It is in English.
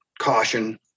caution